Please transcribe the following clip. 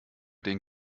den